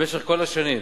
במשך כל השנים